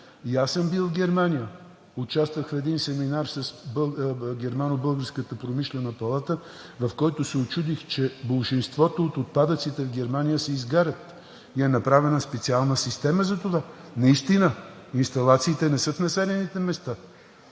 И аз съм бил в Германия – участвах в един семинар с Германо-българската промишлена палата, в който се учудих, че болшинството от отпадъците в Германия се изгарят, направена е специална система за това. Наистина инсталациите не са в населените места.